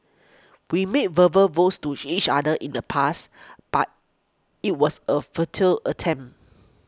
we made verbal vows to each other in the past but it was a futile attempt